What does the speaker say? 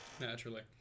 Naturally